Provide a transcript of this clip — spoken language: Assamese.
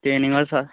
টেইনিঙৰ